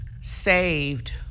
saved